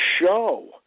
Show